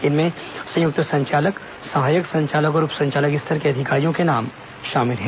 इनमें संयुक्त संचालक सहायक संचालक और उप संचालक स्तर के अधिकारियों के नाम शामिल हैं